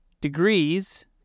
degrees